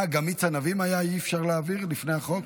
אה, גם מיץ ענבים אי-אפשר להעביר לפני החוק?